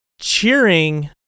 cheering